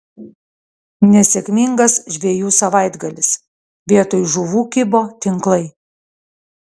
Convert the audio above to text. nesėkmingas žvejų savaitgalis vietoj žuvų kibo tinklai